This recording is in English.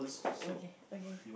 okay okay